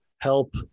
help